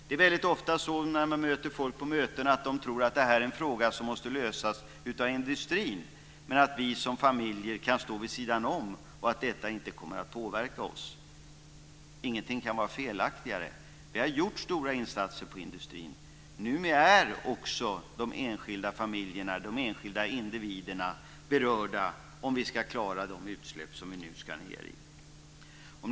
Det är ofta som människor på möten tror att detta är en fråga som måste lösas av industrin medan vi som familjer kan stå vid sidan av - att detta inte kommer att påverka oss. Ingenting kan vara felaktigare. Stora insatser har gjorts inom industrin. Numera är också de enskilda familjerna, de enskilda individerna, berörda om vi ska klara de lägre utsläppsnivåerna.